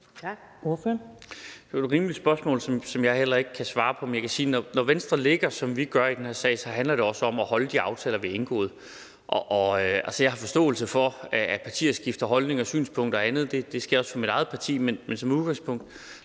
Det var et rimeligt spørgsmål, som jeg heller ikke kan svare på, men jeg kan sige, at når Venstre ligger, som vi gør i den her sag, så handler det også om at holde de aftaler, vi har indgået. Altså, jeg har forståelse for, at partier skifter holdning og synspunkter og andet – det sker også for mit eget parti. Men når vi som udgangspunkt